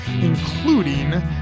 including